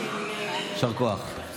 יישר כוח.